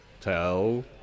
Tell